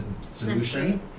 solution